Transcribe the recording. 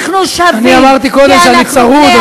אני אמרתי קודם שאני צרוד,